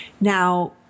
Now